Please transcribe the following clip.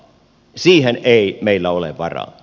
siihen ei meillä ole varaa